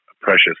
precious